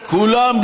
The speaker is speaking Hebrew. כולם,